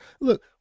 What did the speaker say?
Look